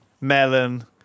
melon